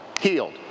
healed